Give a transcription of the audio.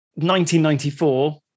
1994